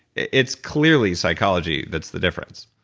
it's clearly psychology that's the difference.